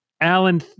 Alan